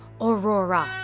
Aurora